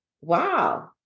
Wow